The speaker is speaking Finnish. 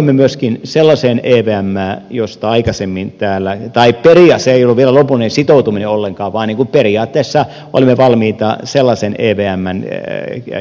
me myöskin sellaiseen ei lipeämään josta aikaisemmin täällä tai pölläsen ja vilppunen sitoutune ollenkaan pani periaatteessa olimme valmiita olemaan mukana sellaisen evmn